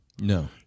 No